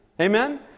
Amen